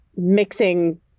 Mixing